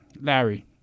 Larry